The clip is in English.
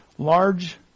Large